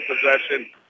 possession